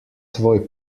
tvoj